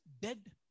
dead